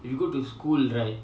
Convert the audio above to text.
if you go to school right